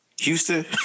Houston